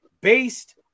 based